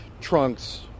trunks